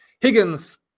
higgins